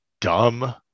dumb